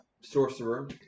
Sorcerer